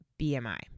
BMI